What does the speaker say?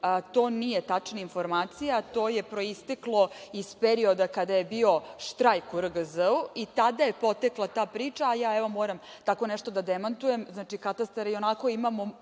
to nije tačna informacija, to je proisteklo iz perioda kada je bio štrajk u RGZ-u i tada je potekla ta priča, a ja, evo, moram tako nešto da demantujem. Znači, katastara ionako imamo